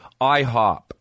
IHOP